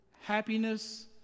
happiness